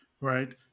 right